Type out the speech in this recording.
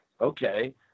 Okay